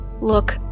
Look